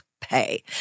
pay